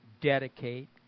dedicate